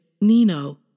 Nino